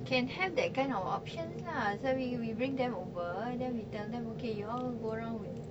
can have that kind of options lah so we we bring them over then we tell them okay you all go around with